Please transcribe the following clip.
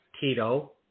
Tito